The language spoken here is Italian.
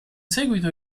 seguito